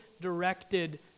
directed